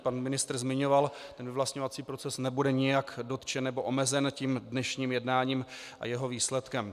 Pan ministr zmiňoval, že vyvlastňovací proces nebude nijak dotčen nebo omezen dnešním jednáním a jeho výsledkem.